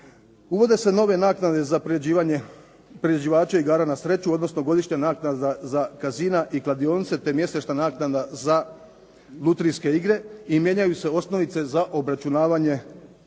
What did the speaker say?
Uvode se nove naknade za priređivanje priređivača igara na sreću, odnosno godišnja naknada za casina i kladionice te mjesečna naknada za lutrijske igre i mijenjaju se osnovice za obračunavanje